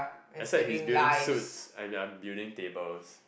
except he's building suits and I'm building tables